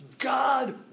God